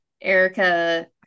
Erica